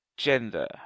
gender